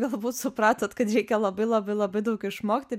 galbūt supratot kad reikia labai labai labai daug išmokti